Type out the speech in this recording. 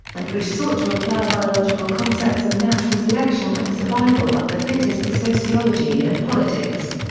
and which sought to apply biological concepts of natural selection and survival of the fittest to sociology and politics.